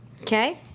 Okay